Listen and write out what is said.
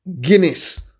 Guinness